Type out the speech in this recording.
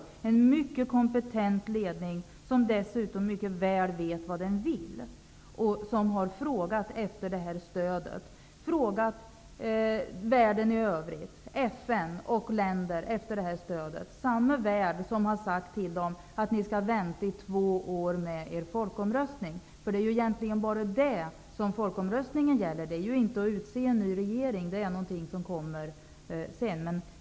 Det är en mycket kompetent ledning, som dessutom mycket väl vet vad den vill. Den har frågat efter det här stödet. Den har frågat världen i övrigt, FN och olika länder efter detta stöd, samma värld som har sagt till dem att vänta i två år med folkomröstningen. Det är egentligen bara det folkomröstningen gäller. Man skall inte utse en ny regering, det kommer sedan.